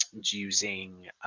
using